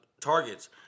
targets